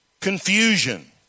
confusion